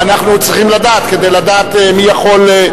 אנחנו צריכים לדעת כדי לדעת מי יכול,